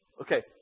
Okay